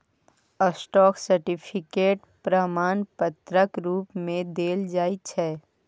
stock certificate प्रमाण पत्रक रुप मे देल जाइ छै